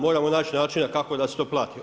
Moramo naći načina kako da se to plati.